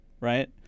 right